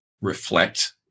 reflect